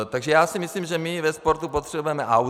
Takže já si myslím, že my ve sportu potřebujeme audit.